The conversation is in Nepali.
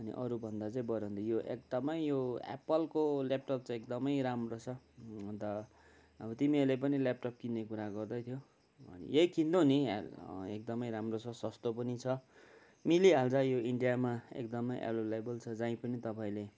अनि अरूभन्दा चैँ बरूभन्दा यो एकदमै यो एप्पलको ल्यापटप चाहिँ एकदमै राम्रो छ अन्त अब तिमीहरूले पनि ल्यापटप किन्ने कुरा गर्दैथ्यौ अनि यही किन्नु नि एकदमै राम्रो छ सस्तो पनि छ मिलिहाल्छ यो इन्डियामा एकदमै एभाइलेबल छ जहीँ पनि तपाईँले